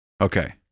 Okay